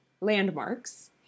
landmarks